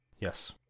Yes